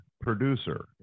producer